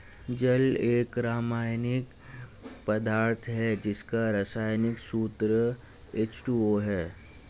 जल एक रसायनिक पदार्थ है जिसका रसायनिक सूत्र एच.टू.ओ है